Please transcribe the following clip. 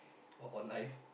or online